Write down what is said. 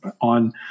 on